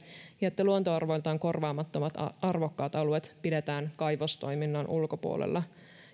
ja luontoarvoiltaan korvaamattomat arvokkaat alueet pidetään kaivostoiminnan ulkopuolella